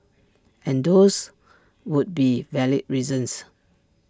and those would be valid reasons